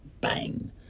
bang